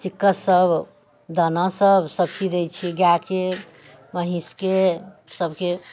चिक्कससभ दानासभ सभचीज दैत छियै गाएकेँ महीँसकेँ सभके